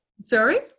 sorry